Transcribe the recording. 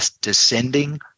descending